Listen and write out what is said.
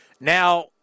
Now